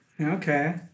Okay